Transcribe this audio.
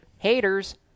Haters